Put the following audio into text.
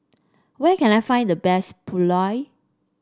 where can I find the best Pulao